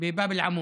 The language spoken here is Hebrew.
בבאב אל-עמוד.